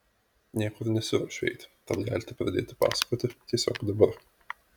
niekur nesiruošiu eiti tad galite pradėti pasakoti tiesiog dabar